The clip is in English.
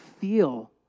feel